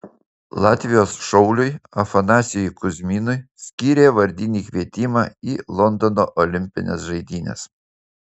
latvijos šauliui afanasijui kuzminui skyrė vardinį kvietimą į londono olimpines žaidynes